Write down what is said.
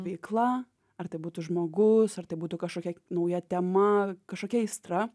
veikla ar tai būtų žmogus ar tai būtų kažkokia nauja tema kažkokia aistra